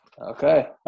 Okay